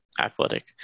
athletic